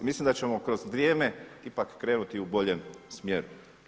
Mislim da ćemo kroz vrijeme ipak krenuti u boljem smjeru.